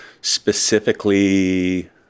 Specifically